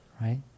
right